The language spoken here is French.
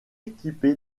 équipé